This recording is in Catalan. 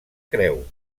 creu